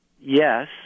yes